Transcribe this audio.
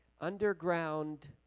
underground